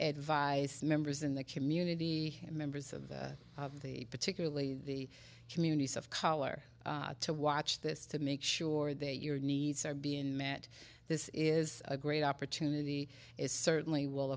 advise members in the community members of the particularly the communities of color to watch this to make sure that your needs are being met this is a great opportunity is certainly will